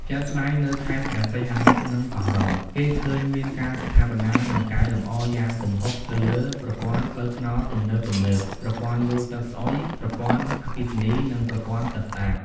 ជាក់ស្តែង នៅខេត្តព្រះសីហនុ និងកោះរ៉ុង គេឃើញមានការស្ថាបនា និងកែលម្អយ៉ាងគំហុកទៅលើ ប្រព័ន្ធផ្លូវថ្នល់ទំនើបៗ ប្រព័ន្ធលូទឹកស្អុយ ប្រព័ន្ធអគ្គិសនី និងប្រព័ន្ធទឹកស្អាត។